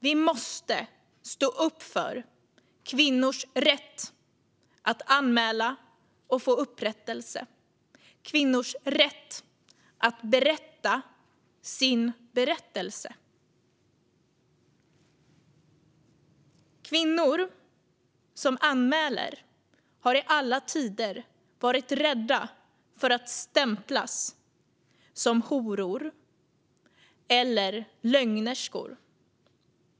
Vi måste stå upp för kvinnors rätt att anmäla och få upprättelse och kvinnors rätt att berätta sin berättelse. Kvinnor som anmäler har i alla tider varit rädda för att stämplas som horor eller lögnerskor.